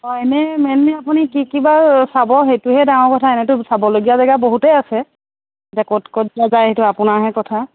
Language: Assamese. অ এনেই মানে আপুনি কি কি বা চাব সেইটোহে ডাঙৰ কথা এনেইতো চাবলগীয়া জেগা বহুতেই আছে এতিয়া ক'ত ক'ত বা যায় সেইটো আপোনাৰহে কথা